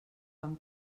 van